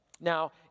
Now